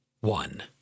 One